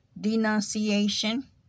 denunciation